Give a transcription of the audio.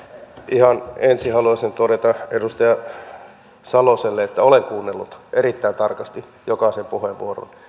ihan ensin haluaisin todeta edustaja saloselle että olen kuunnellut erittäin tarkasti jokaisen puheenvuoron